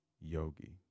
Yogi